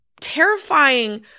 terrifying